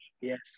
Yes